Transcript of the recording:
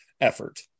effort